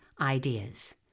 ideas